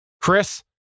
Chris